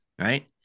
Right